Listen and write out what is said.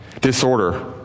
disorder